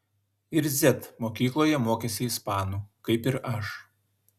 ir z mokykloje mokėsi ispanų kaip ir aš